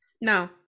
no